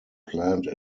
planned